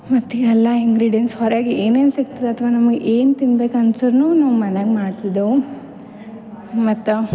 ಮತ್ಯಾಲ್ಲ ingredients ಹೊರಗೆ ಏನೇನು ಸಿಗ್ತದೆ ಅಥ್ವ ನಮಗೆ ಏನು ತಿನ್ಬೇಕು ಅನ್ಸುರ್ನು ನಾವು ಮನ್ಯಾಗ ಮಾಡ್ತಿದ್ದವು ಮತ್ತು